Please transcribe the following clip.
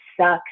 sucks